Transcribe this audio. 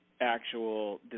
actual